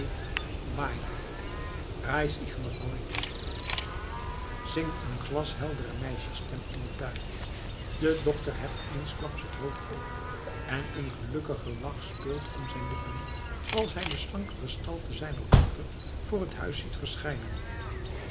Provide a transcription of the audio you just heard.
noch heut zingt een glasheldere meisjesstem in den tuin de dokter heft eensklaps het hoofd op en een gelukkige lach speelt om zijn lippen als hij de slanke gestalte zijner dochter voor het huis ziet verschijnen